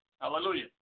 hallelujah